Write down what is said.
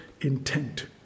intent